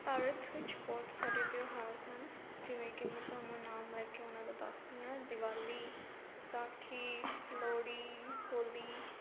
ਭਾਰਤ ਵਿੱਚ ਬਹੁਤ ਸਾਰੇ ਤਿਉਹਾਰ ਹਨ ਜਿਵੇਂ ਕਿ ਮੈਂ ਤੁਹਾਨੂੰ ਨਾਮ ਲੈ ਕੇ ਉਹਨਾਂ ਦਾ ਦੱਸਦੀ ਹਾਂ ਦਿਵਾਲੀ ਵਿਸਾਖੀ ਲੋਹੜੀ ਹੋਲੀ